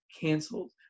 canceled